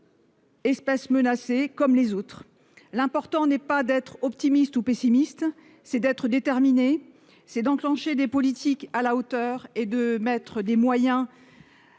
Espèces menacées comme les autres, l'important n'est pas d'être optimiste ou pessimiste, c'est d'être déterminé, c'est d'enclencher des politiques à la hauteur et de mettre des moyens